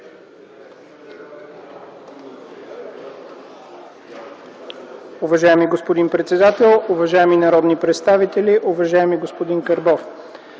Уважаеми господин председател, уважаеми народни представители, уважаеми господин Карбов!